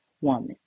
woman